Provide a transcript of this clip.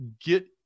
get